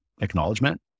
acknowledgement